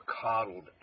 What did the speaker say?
coddled